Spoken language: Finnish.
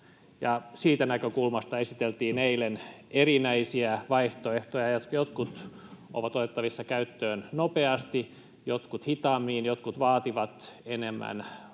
Siitä näkökulmasta esiteltiin eilen erinäisiä vaihtoehtoja, joista jotkut ovat otettavissa käyttöön nopeasti, jotkut hitaammin ja jotkut vaativat enemmän